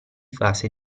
fase